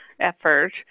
effort